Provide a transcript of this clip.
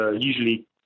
usually